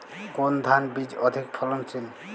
কোন ধান বীজ অধিক ফলনশীল?